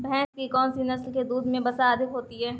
भैंस की कौनसी नस्ल के दूध में वसा अधिक होती है?